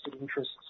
interests